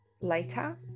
later